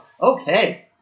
Okay